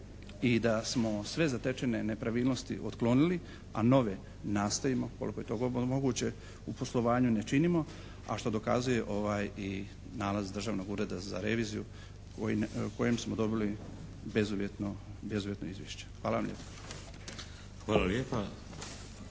i da smo sve zatečene nepravilnosti otklonili a nove nastojimo koliko je to god moguće u poslovanju ne činimo, a što dokazuje i ovaj nalaz Državnog ureda za reviziju o kojem smo dobili bezuvjetno izvješće. Hvala lijepo.